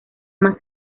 más